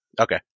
Okay